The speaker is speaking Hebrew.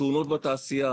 התאונות בתעשייה